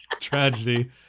tragedy